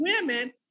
women